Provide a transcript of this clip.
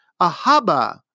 ahaba